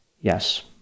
Yes